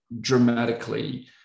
dramatically